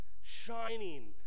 shining